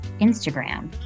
Instagram